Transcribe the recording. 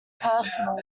personal